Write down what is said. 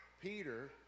peter